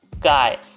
guy